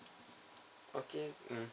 okay mm